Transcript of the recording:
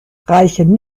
reichen